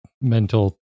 mental